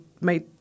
made